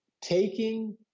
taking